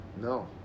No